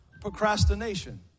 procrastination